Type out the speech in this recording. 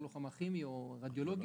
לוחמה כימי או רדיולוגי,